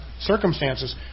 circumstances